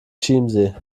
chiemsee